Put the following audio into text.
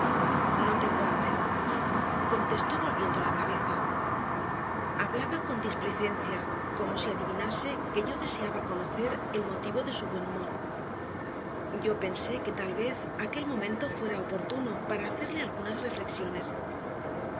no tengo hambre contestó volviendo la cabeza hablaba con displicencia como si adivinase que yo deseaba conocer el motivo de su buen humor yo pensé que tal vez aquel momento fuera oportuno para hacerle algunas reflexiones